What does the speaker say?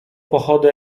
pochody